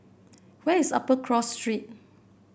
where is Upper Cross Street